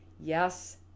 Yes